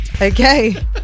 Okay